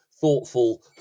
thoughtful